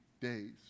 days